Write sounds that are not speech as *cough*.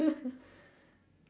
*laughs*